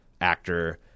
actor